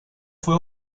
fue